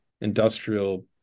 industrial